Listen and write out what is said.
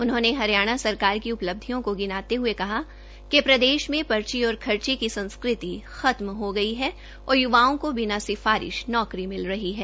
उन्होंने हरियाणा सरकार की उपलब्धियों से गिनाते हये कहा कि प्रदेश में पर्ची और खर्ची की संस्कृति खत्म हो गई है कि युवाओं को बिना सिफारिश नौकरी मिल रही है